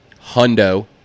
Hundo